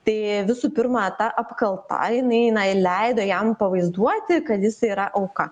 tai visų pirma ta apkalta jinai na leido jam pavaizduoti kad jis yra auka